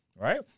right